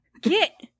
get